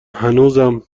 هنوزم